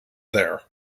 there